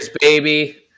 baby